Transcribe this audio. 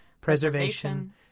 preservation